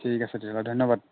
ঠিক আছে তেতিয়াহ'লে ধন্যবাদ